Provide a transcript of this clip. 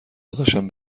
داداشم